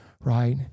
right